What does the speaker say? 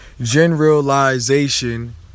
generalization